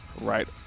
right